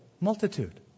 multitude